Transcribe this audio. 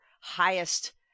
highest